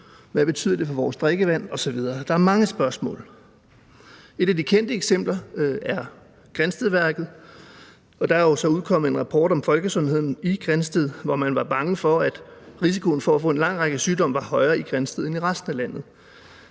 Hvad betyder det for vores drikkevand det osv.? Der er mange spørgsmål. Et af de kendte eksempler er Grindstedværket, og der er jo så udkommet en rapport om folkesundheden i Grindsted, hvor man var bange for, at risikoen for at få en lang række sygdomme var højere i Grindsted end i resten af landet.